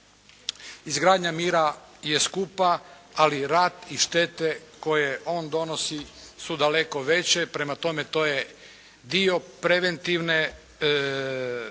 Izgradnja mira je skupa, ali rat i štete koje on donosi su daleko veće. Prema tome, to je dio preventivne